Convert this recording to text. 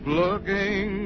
looking